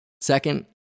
Second